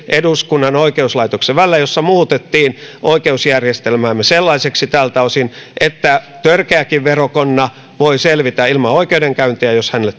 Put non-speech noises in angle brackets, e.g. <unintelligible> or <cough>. eduskunnan ja oikeuslaitoksen välille vuosien prosessi jossa muutettiin oikeusjärjestelmäämme tältä osin sellaiseksi että törkeäkin verokonna voi selvitä ilman oikeudenkäyntiä jos hänelle <unintelligible>